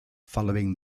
following